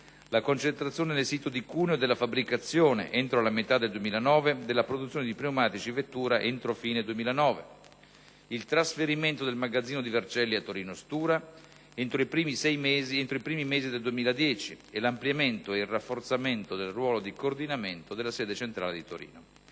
la concentrazione nel sito di Cuneo della produzione di pneumatici vettura entro fine 2009; il trasferimento del magazzino di Vercelli a Torino Stura, entro i primi mesi del 2010, e l'ampliamento e il rafforzamento del ruolo di coordinamento della sede centrale di Torino;